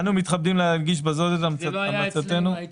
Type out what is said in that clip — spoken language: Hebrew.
בבקשה.